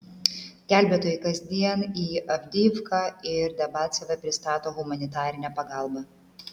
gelbėtojai kasdien į avdijivką ir debalcevę pristato humanitarinę pagalbą